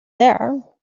there